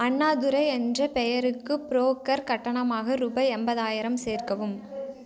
அண்ணாதுரை என்ற பெயருக்கு புரோக்கர் கட்டணமாக ரூபாய் எண்பதாயிரம் சேர்க்கவும்